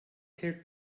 here